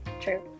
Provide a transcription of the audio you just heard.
True